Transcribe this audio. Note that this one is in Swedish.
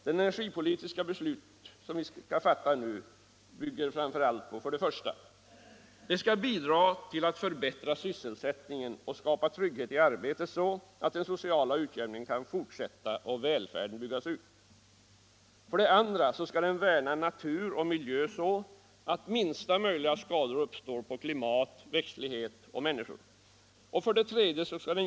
De energipolitiska beslut vi kommer att fatta nu skall: I. Bidra till att förbättra sysselsättningen och skapa trygghet i arbetet så att den sociala utjämningen kan fortsätta och välfärden byggas ut. 2. Värna natur och miljö så att minsta möjliga skador uppstår på klimat, växtlighet och människor. 3.